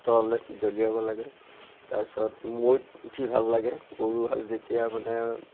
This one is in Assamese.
আঁতৰলে দলিয়াব লাগে তাৰপিছত মৈত উঠি ভাল লাগে গৰু হাল যেতিয়া মানে